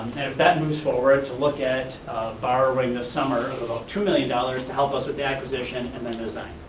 and if that moves forward, to look at borrowing this summer of about two million dollars to help us with the acquisition and then the design,